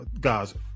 Gaza